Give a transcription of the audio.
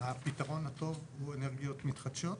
הפתרון הטוב הוא אנרגיות מתחדשות,